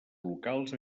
locals